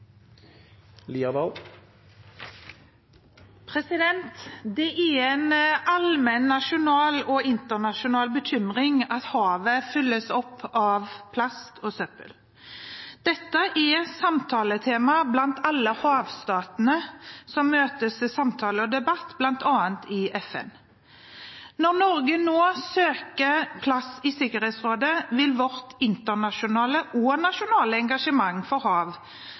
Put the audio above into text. en allmenn nasjonal og internasjonal bekymring at havet fylles opp av plast og søppel. Dette er samtaletema blant alle havstatene som møtes til samtale og debatt, bl.a. i FN. Når Norge nå søker plass i Sikkerhetsrådet, vil vårt internasjonale – og nasjonale – engasjement for hav